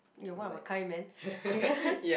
you are one of a kind man